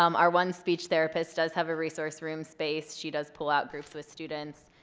um our one speech therapist does have a resource room space. she does pull out groups with students.